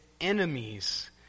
enemies